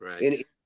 Right